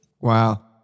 Wow